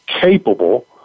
capable